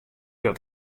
dat